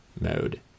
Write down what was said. mode